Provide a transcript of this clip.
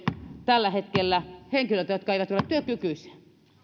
tällä hetkellä henkilöiltä jotka eivät ole työkykyisiä